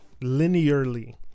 linearly